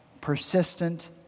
persistent